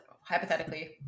hypothetically